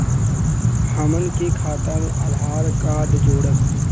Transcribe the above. हमन के खाता मे आधार कार्ड जोड़ब?